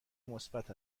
مثبت